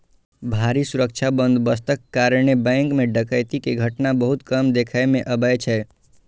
भारी सुरक्षा बंदोबस्तक कारणें बैंक मे डकैती के घटना बहुत कम देखै मे अबै छै